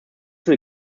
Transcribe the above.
will